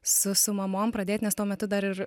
su su mamom pradėt nes tuo metu dar ir